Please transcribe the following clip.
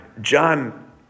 John